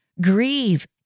grieve